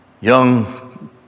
Young